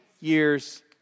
years